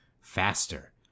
faster